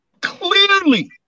Clearly